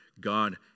God